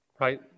right